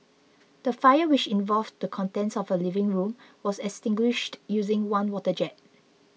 the fire which involved the contents of a living room was extinguished using one water jet